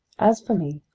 as for me,